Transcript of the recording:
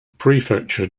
prefecture